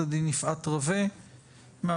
הדין יפעת רווה ועורכת הדין קרן רוט,